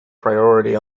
priority